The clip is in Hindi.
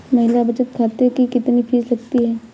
महिला बचत खाते की कितनी फीस लगती है?